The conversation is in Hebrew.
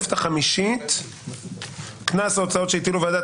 התוספת החמישית: "קנס או הוצאות שהטילו ועדת